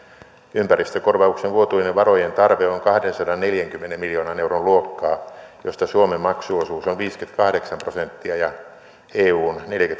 ympäristökorvauksen vuotuinen varojen tarve on kahdensadanneljänkymmenen miljoonan euron luokkaa josta suomen maksuosuus on viisikymmentäkahdeksan prosenttia ja eun